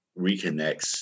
reconnects